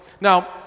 Now